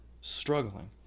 struggling